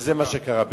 וזה מה שקרה בעצם.